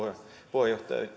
puheenjohtaja